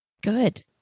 Good